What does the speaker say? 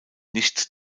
nicht